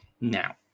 now